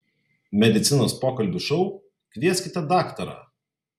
medicinos pokalbių šou kvieskite daktarą